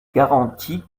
garantis